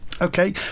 okay